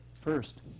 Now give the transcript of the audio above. first